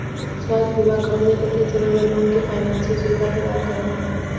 स्वास्थ्य बीमा कंपनी कठिन समय में लोग के फाइनेंशियल सुविधा प्रदान करलीन